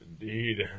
Indeed